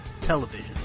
television